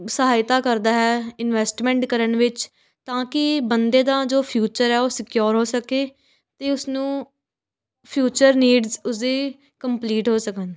ਸਹਾਇਤਾ ਕਰਦਾ ਹੈ ਇੰਨਵੈਸਟਮੈਂਟ ਕਰਨ ਵਿੱਚ ਤਾਂ ਕਿ ਬੰਦੇ ਦਾ ਜੋ ਫਿਊਚਰ ਹੈ ਉਹ ਸਕਿਓਰ ਹੋ ਸਕੇ ਅਤੇ ਉਸਨੂੰ ਫਿਊਚਰ ਨੀਡਸ ਉਸਦੀ ਕੰਪਲੀਟ ਹੋ ਸਕਣ